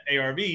arv